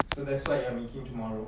so that's what you are making tomorrow